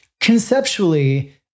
conceptually